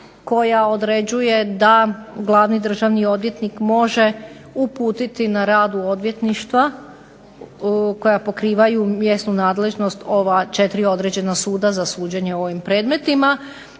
koja određuje da glavni Državni odvjetnik može uputiti na radu odvjetništva koja pokrivaju mjesnu nadležnost ova četiri određena suda za suđenje u ovim predmetima,